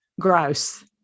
Gross